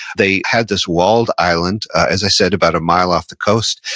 they had this walled island, as i said, about a mile off the coast,